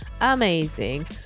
amazing